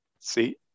see